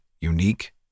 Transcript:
unique